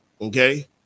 okay